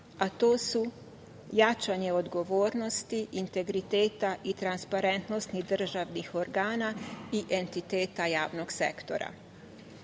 To su – jačanje odgovornosti integriteta i transparentnosti državnih organa i entiteta javnog sektora.